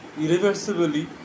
irreversibly